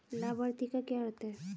लाभार्थी का क्या अर्थ है?